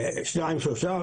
שניים-שלושה,